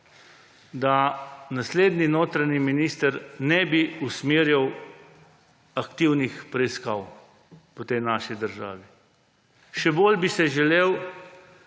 da naslednji notranji minister ne bi usmerjal aktivnih preiskav v tej naši državi. Še bolj bi si želel,